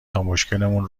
تامشکلمون